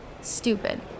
stupid